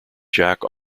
jack